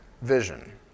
vision